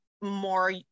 more